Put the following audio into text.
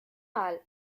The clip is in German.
mal